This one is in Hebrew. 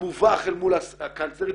מובך אל מול הקאנצלרית,